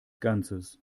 ganzes